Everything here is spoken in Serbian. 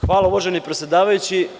Hvala, uvaženi predsedavajući.